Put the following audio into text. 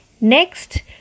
next